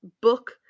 book